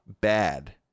bad